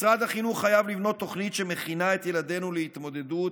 משרד החינוך חייב לבנות תוכנית שמכינה את ילדינו להתמודדות